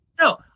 No